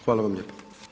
Hvala vam lijepa.